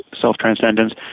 self-transcendence